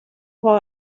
juan